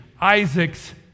Isaac's